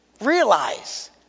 realize